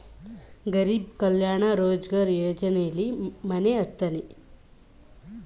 ಗರೀಬ್ ಕಲ್ಯಾಣ ರೋಜ್ಗಾರ್ ಯೋಜನೆಲಿ ಮನೆ ಹತ್ರನೇ ದಿನಗೂಲಿ ಕೊಡೋ ಯೋಜನೆಯಾಗಿದೆ